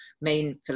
main